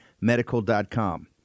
medical.com